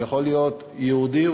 הוא יכול להיות יהודי,